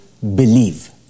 believe